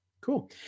Cool